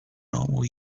normal